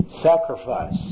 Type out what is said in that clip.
Sacrifice